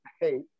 Hey